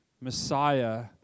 Messiah